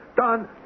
done